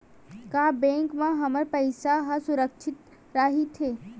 का बैंक म हमर पईसा ह सुरक्षित राइथे?